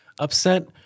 upset